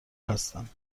هستم